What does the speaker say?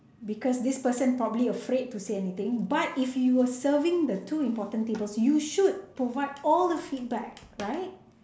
because this person probably afraid to say anything but if you where serving the two important tables you should provide all the feedback right